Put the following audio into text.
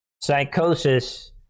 psychosis